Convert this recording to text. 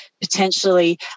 potentially